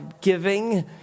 giving